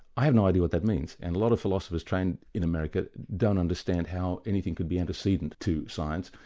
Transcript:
i have no idea what that means, and a lot of philosophers trained in america, don't understand how anything could be antecedent to science,